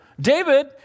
David